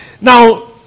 Now